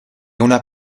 una